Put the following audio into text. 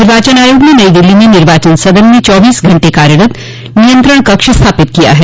निर्वाचन आयोग ने नई दिल्ली में निर्वाचन सदन में चौबीस घंटे कार्यरत नियंत्रण कक्ष स्थापित किया है